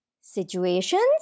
situations